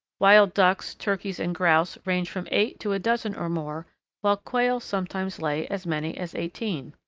wild ducks, turkeys, and grouse range from eight to a dozen or more while quails sometimes lay as many as eighteen.